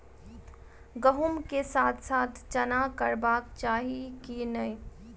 गहुम केँ साथ साथ चना करबाक चाहि की नै?